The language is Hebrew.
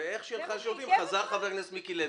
ואיך שהיא הלכה לשירותים חזר חבר הכנסת מיקי לוי.